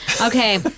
Okay